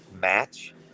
match